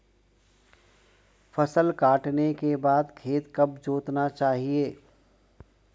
फसल काटने के बाद खेत कब जोतना चाहिये?